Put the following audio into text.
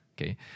Okay